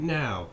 now